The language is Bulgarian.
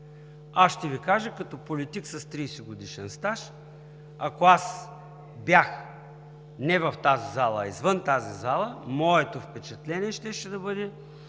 Аз ще Ви кажа като политик с 30-годишен стаж: ако аз не бях в тази зала, а извън тази зала, моето впечатление щеше да бъде,